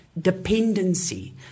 dependency